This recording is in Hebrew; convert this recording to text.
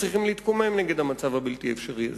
צריכים להתקומם נגד המצב הבלתי-אפשרי הזה.